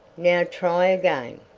now, try again.